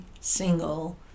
single